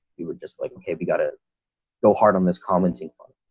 we were just like, okay, we got to go hard on this commenting fun,